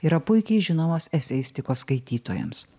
yra puikiai žinomas eseistikos skaitytojams